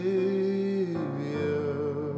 Savior